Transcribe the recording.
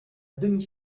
demi